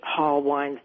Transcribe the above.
hallwines